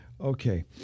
Okay